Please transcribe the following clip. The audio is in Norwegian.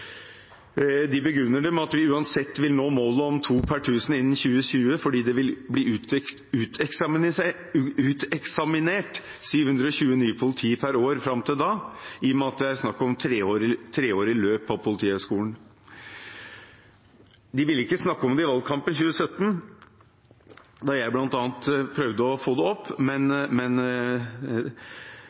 De begrunner det med at vi uansett vil nå målet om to per 1 000 innen 2020, fordi det vil bli uteksaminert 720 nye politi per år fram til da, i og med at det er snakk om treårig løp på Politihøgskolen. De ville ikke snakke om det i valgkampen 2017, da bl.a. jeg prøvde å ta det opp.